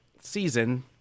season